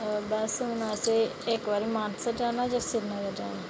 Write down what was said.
बस हून असें इक्क बारी मानसर जाना जां सिरीनगर जाना